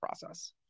process